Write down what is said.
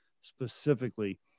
specifically